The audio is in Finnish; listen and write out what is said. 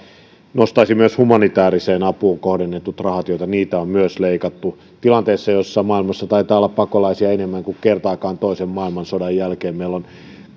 nostaisin myös humanitääriseen apuun kohdennetut rahat joita on myös leikattu tilanteessa jossa maailmassa taitaa olla pakolaisia enemmän kuin kertaakaan toisen maailmansodan jälkeen kun meillä on